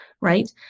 Right